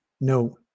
No